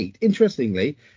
Interestingly